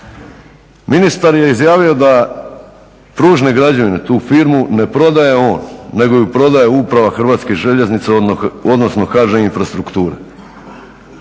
Ministar je izjavio da Pružne građevine tu firmu ne prodaje on nego je prodaje Uprava HŽ-a odnosno HŽ Infrastruktura.